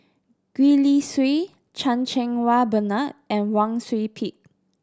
Gwee Li Sui Chan Cheng Wah Bernard and Wang Sui Pick